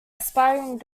aspiring